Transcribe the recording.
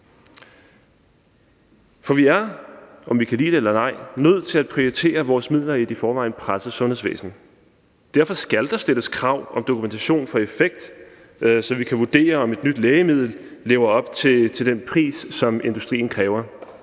Vi er, om vi kan lide det eller ej, nødt til at prioritere vores midler i et i forvejen presset sundhedsvæsen. Derfor skal der stilles krav om dokumentation for effekt, så vi kan vurdere, om et nyt lægemiddel lever op til den pris, som industrien kræver.